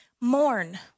Mourn